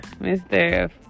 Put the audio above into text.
Mr